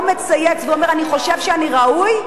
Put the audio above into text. או מצייץ ואומר: אני חושב שאני ראוי,